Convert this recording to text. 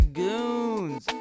goons